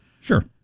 Sure